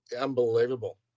unbelievable